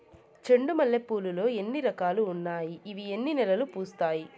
చెండు మల్లె పూలు లో ఎన్ని రకాలు ఉన్నాయి ఇవి ఎన్ని నెలలు పూస్తాయి